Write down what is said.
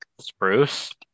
spruce